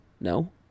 No